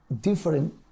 different